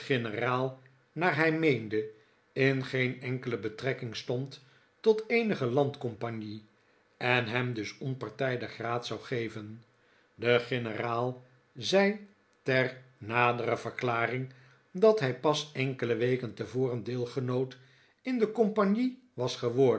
naar hij meende in geen enkele betrekking stond tot eenige landcompagnie en hem dus onpartijdig raad zou geven de generaal zei ter nadere verklaring dat hij pas enkele weken tevoren deelgenoot in de compagnie was